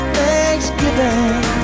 Thanksgiving